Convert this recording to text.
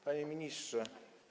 Panie Ministrze!